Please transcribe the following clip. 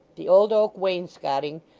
the old oak wainscoting,